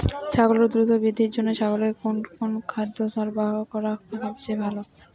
ছাগলের দ্রুত বৃদ্ধির জন্য ছাগলকে কোন কোন খাদ্য সরবরাহ করা সবচেয়ে ভালো?